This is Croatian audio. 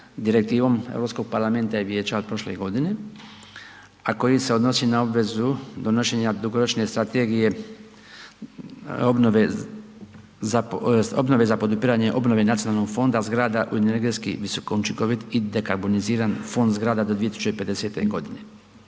Direktivom Europskog parlamenta i vijeća od prošle godine, a koji se odnosi na obvezu donošenja dugoročne strategije obnove za tj. obnove za podupiranje obnove nacionalnog fonda zgrada koji je energetski visokoučinkovit i dekarboniziran fond zgrada do 2050.g.